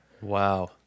Wow